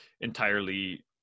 entirely